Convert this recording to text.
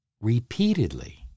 repeatedly